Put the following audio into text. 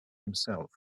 himself